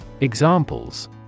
Examples